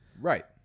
Right